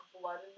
blood